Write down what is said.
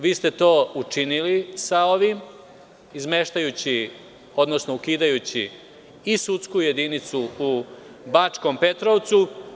Vi ste to učinili sa ovim, izmeštajući, odnosno ukidajući i sudsku jedinicu u Bačkom Petrovcu.